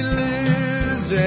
lives